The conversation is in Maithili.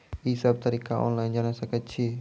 ई सब तरीका ऑनलाइन जानि सकैत छी?